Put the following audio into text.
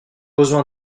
besoin